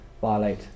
violate